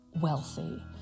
wealthy